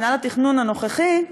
מינהל התכנון הנוכחי,